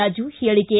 ರಾಜು ಹೇಳಿಕೆ